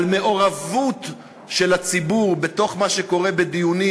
על מעורבות של הציבור בתוך מה שקורה בדיונים